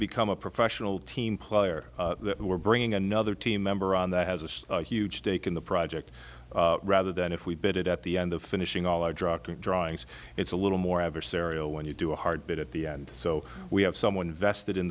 become a professional team player that we're bringing another team member on that has a huge stake in the project rather than if we build it at the end of finishing all our drucker drawings it's a little more adversarial when you do a hard bit at the end so we have someone vested in